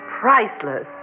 priceless